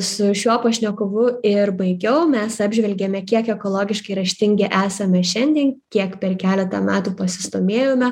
su šiuo pašnekovu ir baigiau mes apžvelgėme kiek ekologiški raštingi esame šiandien kiek per keletą metų pasistūmėjome